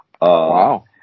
Wow